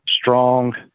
strong